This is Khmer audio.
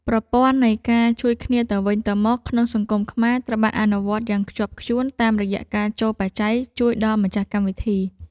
ប្រព័ន្ធនៃការជួយគ្នាទៅវិញទៅមកក្នុងសង្គមខ្មែរត្រូវបានអនុវត្តយ៉ាងខ្ជាប់ខ្ជួនតាមរយៈការចូលបច្ច័យជួយដល់ម្ចាស់កម្មវិធី។